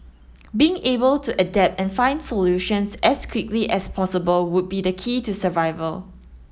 being able to adapt and find solutions as quickly as possible would be the key to survival